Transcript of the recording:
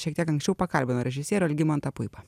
šiek tiek anksčiau pakalbino režisierių algimantą puipą